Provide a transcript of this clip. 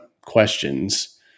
questions